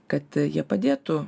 kad jie padėtų